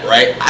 Right